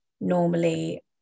normally